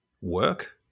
work